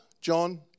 John